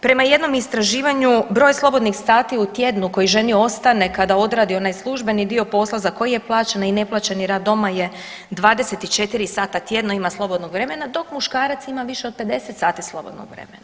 Prema jednom istraživanju broj slobodnih sati u tjednu koji ženi ostane kada odradi onaj službeni dio posla za koji je plaćena i neplaćeni rad doma je 24 sata tjedno ima slobodnog vremena dok muškarac ima više od 50 sati slobodnog vremena.